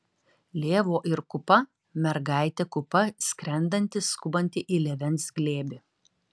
lėvuo ir kupa mergaitė kupa skrendanti skubanti į lėvens glėbį